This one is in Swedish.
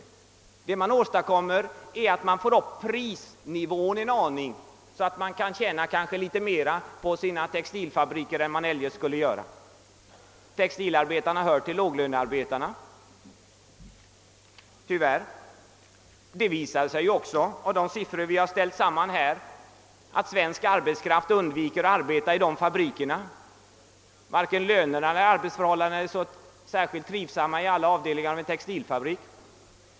Det enda man åstadkommer är att prisnivån stiger en aning så att man kan tjäna något mera på sina textilfabriker än man eljest skulle göra. Textilarbetarna hör till låglönearbetarna, tyvärr. De siffror vi ställt samman här visar att svensk arbetskraft undviker att arbeta i dessa fabriker; varken löner eller arbetsförhållanden är särskilt goda i alla avdelningar på en textilfabrik.